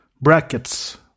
Brackets